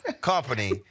company